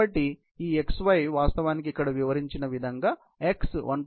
కాబట్టి ఈ x y వాస్తవానికి ఇక్కడ వివరించిన విధంగా x 1